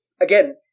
again